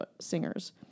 singers